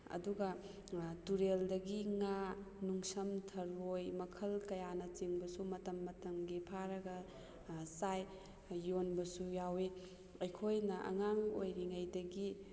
ꯑꯗꯨꯒ ꯇꯨꯔꯦꯜꯗꯒꯤ ꯉꯥ ꯅꯨꯡꯁꯝ ꯊꯔꯣꯏ ꯃꯈꯜ ꯀꯌꯥꯅꯆꯤꯡꯕꯁꯨ ꯃꯇꯝ ꯃꯇꯝꯒꯤ ꯐꯥꯔꯒ ꯆꯥꯏ ꯌꯣꯟꯕꯁꯨ ꯌꯥꯎꯋꯤ ꯑꯩꯈꯣꯏꯅ ꯑꯉꯥꯡ ꯑꯣꯏꯔꯤꯉꯩꯗꯒꯤ